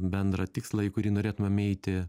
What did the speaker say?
bendrą tikslą į kurį norėtumėm eiti